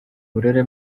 burere